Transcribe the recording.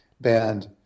band